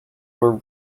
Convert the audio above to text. were